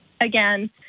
again